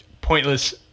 pointless